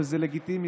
וזה לגיטימי,